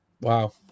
wow